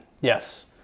yes